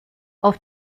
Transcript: auf